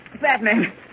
Batman